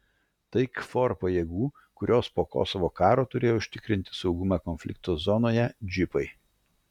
tai kfor pajėgų kurios po kosovo karo turėjo užtikrinti saugumą konflikto zonoje džipai